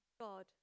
God